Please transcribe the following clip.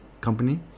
company